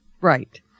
Right